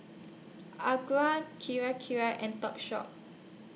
Acura Kirei Kirei and Topshop